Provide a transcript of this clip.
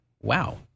Wow